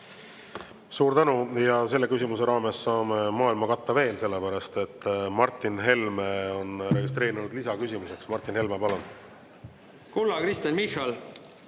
Suur tänu! Selle küsimuse raames saame maailma katta veel, sellepärast et Martin Helme on registreerunud lisaküsimuseks. Martin Helme, palun! Suur tänu!